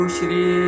Shri